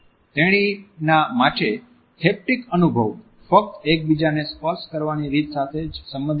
તેણીના માટે હેપ્ટિક અનુભવ ફક્ત એકબીજાને સ્પર્શ કરવાની રીત સાથે જ સંબંધિત નથી